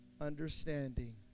understanding